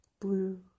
blue